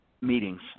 meetings